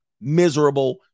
miserable